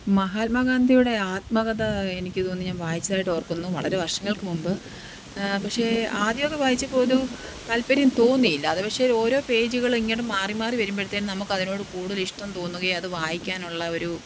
മഹാത്മാഗാന്ധിയുടെ ആത്മകഥ എനിക്ക് തോന്നുന്നു ഞാന് വായിച്ചതായിട്ട് ഓര്ക്കുന്നു വളരെ വര്ഷങ്ങള്ക്ക് മുമ്പ് പക്ഷേ ആദ്യമൊക്കെ വായിച്ചപ്പോൾ ഒരു താല്പര്യം തോന്നിയില്ല അത് പക്ഷേ ഓരോ പേജുകൾ ഇങ്ങനെ മാറി മാറി വരുമ്പോഴത്തേനും നമുക്ക് അതിനോട് കൂടുതല് ഇഷ്ടം തോന്നുകയും അത് വായിക്കാനുള്ള ഒരു